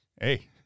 Hey